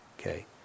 Okay